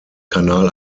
kanal